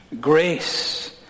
grace